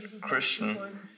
Christian